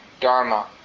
dharma